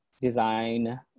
design